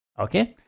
okay,